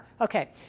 Okay